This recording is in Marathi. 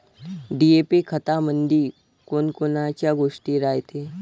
डी.ए.पी खतामंदी कोनकोनच्या गोष्टी रायते?